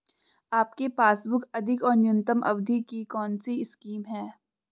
आपके पासबुक अधिक और न्यूनतम अवधि की कौनसी स्कीम है?